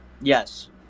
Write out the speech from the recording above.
Yes